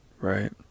Right